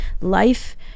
Life